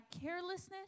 carelessness